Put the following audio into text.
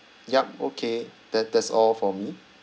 yup okay that that's all for me